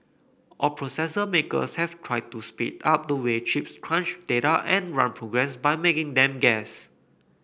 all processor makers have tried to speed up the way chips crunch data and run programs by making them guess